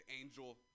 angel